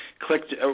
clicked